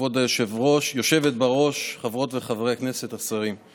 כבוד היושבת בראש, חברות וחברי הכנסת, השרים,